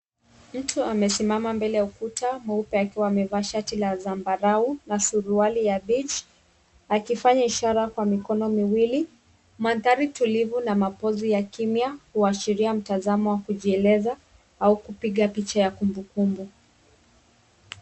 Mtu amesimama mbele ya ukuta mweupe akiwa amevaa shati la zambarau na suruali ya Beige akifanya ishara kwa mikono miwili, mandhari tulivu na mapozi ya kimya, kuashiria mtazamo wa kujieleza au kupiga picha ya kumbukumbu.